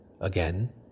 again